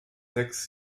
sechs